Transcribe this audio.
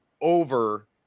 over